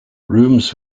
rooms